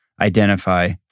identify